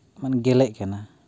ᱜᱮᱞᱮᱜ ᱠᱟᱱᱟ